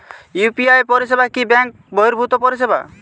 UPI পরিসেবা কি bank বর্হিভুত পরিসেবা?